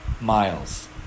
miles